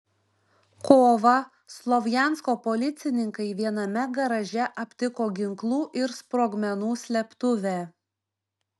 kovą slovjansko policininkai viename garaže aptiko ginklų ir sprogmenų slėptuvę